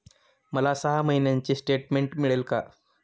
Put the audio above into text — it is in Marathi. मला सहा महिन्यांचे स्टेटमेंट मिळेल का?